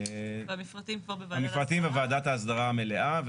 והמפרטים בוועדת ההסדרה המלאה.